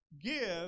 give